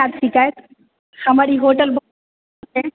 शिकायत हमर ई होटल बहुत